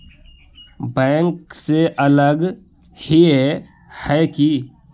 Bank से अलग हिये है की?